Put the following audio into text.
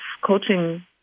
coaching